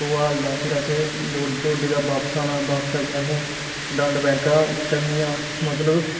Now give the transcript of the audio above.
घगवाल दा फिर असें दौड़दे गै बापस आना बापिस आइयै असें डंड बैठकां करनियां मतलब